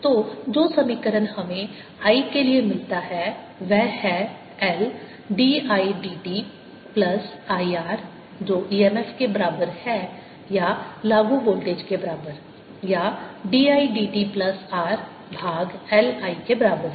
तो जो समीकरण हमें I के लिए मिलता है वह है L dI dt plus IR जो EMF के बराबर है या लागू वोल्टेज के बराबर या d I d t plus R भाग L I के बराबर है